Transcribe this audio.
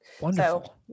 Wonderful